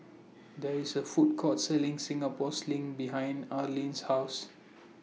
There IS A Food Court Selling Singapore Sling behind Arlene's House